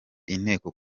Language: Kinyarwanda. inteko